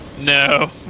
No